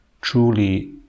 truly